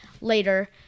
later